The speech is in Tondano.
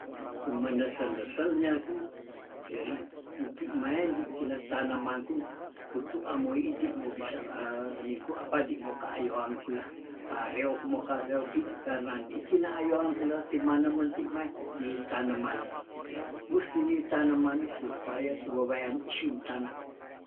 Kumenese- nesel nyaku deri enti mae di kena tanamangku kutu amoi idi mobisa ningku apa di moka ayoang kula pareok mokase oki karna ndi kina ayoang kula timanem menti mae nitanemani, musti ni tanemani supaya tu wewean isin tana.